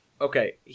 okay